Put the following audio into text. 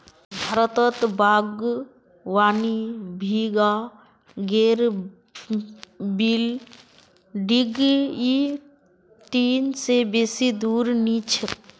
भारतत बागवानी विभागेर बिल्डिंग इ ठिन से बेसी दूर नी छेक